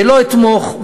ולא אתמוך.